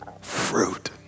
fruit